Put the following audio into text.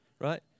Right